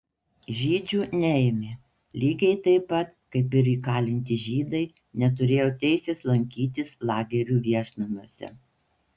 žydžių neėmė lygiai taip pat kaip ir įkalinti žydai neturėjo teisės lankytis lagerių viešnamiuose